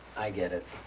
i get it.